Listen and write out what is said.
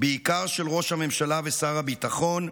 בעיקר של ראש הממשלה ושר הביטחון,